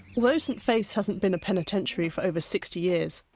although st faith's hasn't been a penitentiary for over sixty years,